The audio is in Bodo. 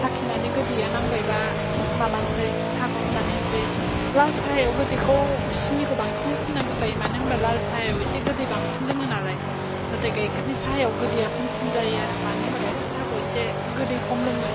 साखिनानै गोदैया नांबायबा माबानसै साहाखौ लुनानै होनसै लाल साहायाव गोदैखौ सिनिखौ बांसिन होसिननांगौ जायो मानो होनबा लाल साहायाव एसे गोदै बांसिन लोङो नालाय नाथाय गायखेरनि साहायाव गोदैया खमसिन जायो आरो मानो होनबा गायखेर साहाखौ एसे गोदै खम लोङो